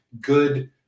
good